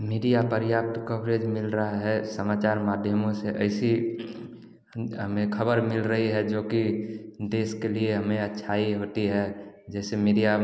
media पर्याप्त coverage मिल रहा है समाचार माध्यमों से ऐसी हमें खबर मिल रही है जो कि देश के लिए हमें अच्छाई होती है जैसे मीडिया